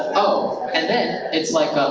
oh, and then, it's like,